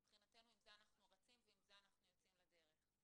מבחינתנו עם זה אנחנו רצים ועם זה אנחנו יוצאים לדרך.